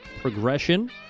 progression